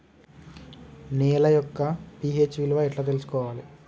నేల యొక్క పి.హెచ్ విలువ ఎట్లా తెలుసుకోవాలి?